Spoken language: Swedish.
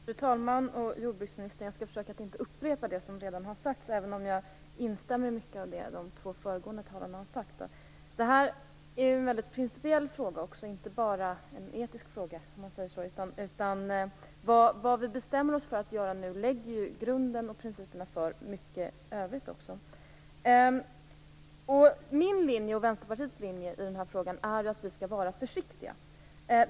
Fru talman! Jordbruksministern! Jag skall försöka att inte upprepa det som redan har sagts, även om jag instämmer i mycket av det som de två föregående talarna har sagt. Det här är inte bara en etisk fråga, utan också en principiell. Vad vi bestämmer oss för att göra nu lägger ju grunden och principerna för mycket övrigt. Min och Vänsterpartiets linje i den här frågan är att vi skall vara försiktiga.